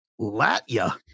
Latya